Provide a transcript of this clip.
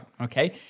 okay